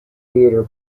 theatre